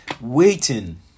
Waiting